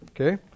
okay